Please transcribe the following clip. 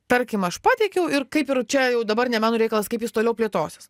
tarkim aš pateikiau ir kaip ir čia jau dabar ne mano reikalas kaip jis toliau plėtosis